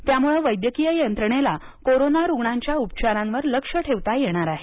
त्यामुळे वैद्यकीय यंत्रणेला कोरोना रूग्णांच्या उपचारांवर लक्ष ठेवता येणार आहे